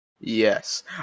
Yes